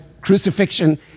crucifixion